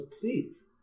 please